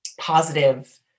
positive